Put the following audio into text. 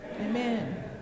Amen